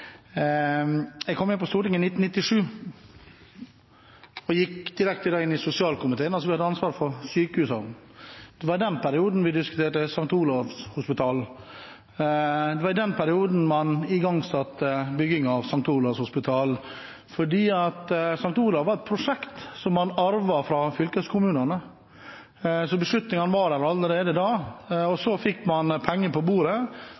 Jeg kom inn på Stortinget i 1997 og gikk direkte inn i sosialkomiteen, som hadde ansvaret for sykehusene. Det var i den perioden vi diskuterte St. Olavs Hospital. Det var i den perioden man satte i gang byggingen av St. Olavs Hospital. St. Olavs Hospital var et prosjekt som man arvet fra fylkeskommunene, så beslutningene var der allerede. Så fikk man penger på bordet,